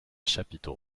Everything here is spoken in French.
chapiteau